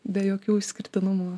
be jokių išskirtinumų